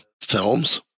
films